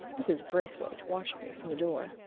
mrs. braithwaite watched me from the door.